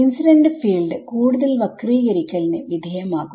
incident field കൂടുതൽ വക്രീകരിക്കൽ ന് വിധേയമാകും